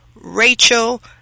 Rachel